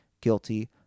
guilty